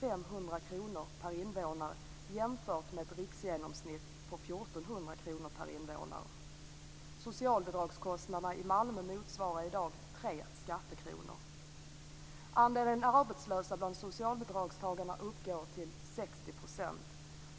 500 kr per invånare jämfört med ett riksgenomsnitt på 1 400 kr per invånare. Socialbidragskostnaderna i Malmö motsvarar i dag 3 skattekronor. Andelen arbetslösa bland socialbidragstagarna uppgår till 60 %.